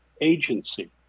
agency